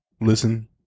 Listen